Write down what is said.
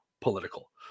political